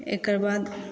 एकर बाद